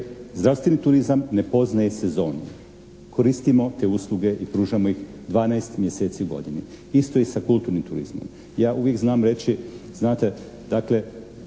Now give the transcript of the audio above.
zdravstveni turizam ne poznaje sezonu. Koristimo te usluge i pružajmo ih 12 mjeseci u godini. Isto i sa kulturnim turizmom. Ja uvijek znam reći, znate, dakle,